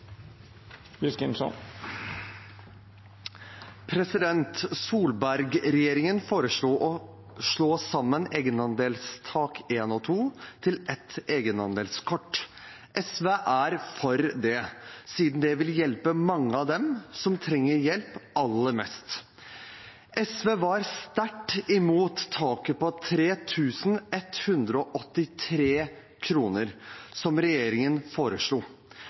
foreslo å slå sammen egenandelstak 1 og 2 til ett egenandelskort. SV er for det, siden det vil hjelpe mange av dem som trenger hjelp aller mest. SV var sterkt imot taket på 3 183 kr, som regjeringen foreslo.